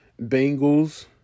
Bengals